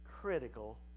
critical